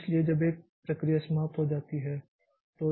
इसलिए जब एक प्रक्रिया समाप्त हो जाती है